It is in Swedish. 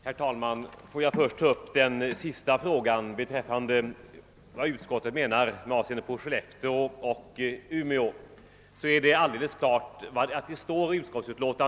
Herr talman! Får jag först ta upp den sista frågan om vad utskottet avser med sin skrivning när det gäller Skellefteå och Umeå.